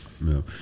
no